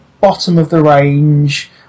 bottom-of-the-range